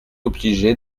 obligé